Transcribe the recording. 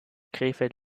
krefeld